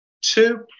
two